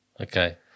Okay